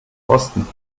rosten